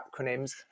acronyms